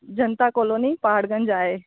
जनता colony Paharganj आहे